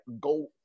go